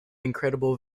incredible